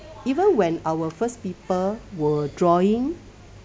even when our first people were drawing